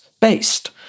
based